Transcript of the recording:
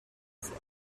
said